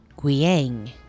Guiyang